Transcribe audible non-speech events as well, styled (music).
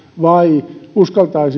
vai uskallammeko (unintelligible)